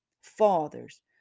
Fathers